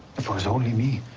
if it was only me,